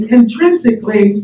intrinsically